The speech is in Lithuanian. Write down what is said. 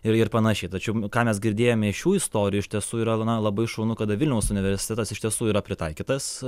ir ir panašiai tačiau ką mes girdėjome iš šių istorijų iš tiesų yra na labai šaunu kad vilniaus universitetas iš tiesų yra pritaikytas